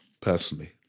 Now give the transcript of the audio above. personally